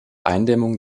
eindämmung